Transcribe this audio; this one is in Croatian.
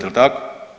Jel' tako?